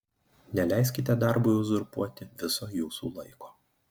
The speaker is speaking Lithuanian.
neleiskite darbui uzurpuoti viso jūsų laiko